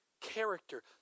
character